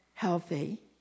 healthy